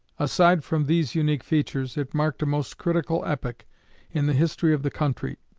aside from these unique features, it marked a most critical epoch in the history of the country,